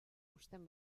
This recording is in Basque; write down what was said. uzten